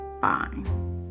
fine